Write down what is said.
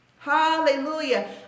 Hallelujah